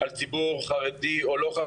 על ציבור חרדי או לא חרדי,